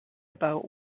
about